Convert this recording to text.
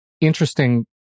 Interesting